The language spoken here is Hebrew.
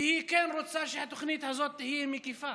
והיא כן רוצה שהתוכנית הזו תהיה מקיפה.